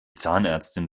zahnärztin